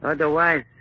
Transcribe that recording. Otherwise